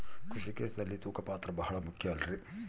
ಕೃಷಿ ಕ್ಷೇತ್ರದಲ್ಲಿ ತೂಕದ ಪಾತ್ರ ಬಹಳ ಮುಖ್ಯ ಅಲ್ರಿ?